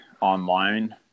online